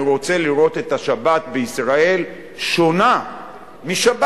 אני רוצה לראות את השבת בישראל שונה משבת